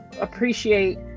appreciate